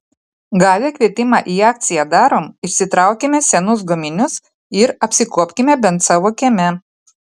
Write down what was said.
gavę kvietimą į akciją darom išsitraukime senus guminius ir apsikuopkime bent savo kieme